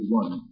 one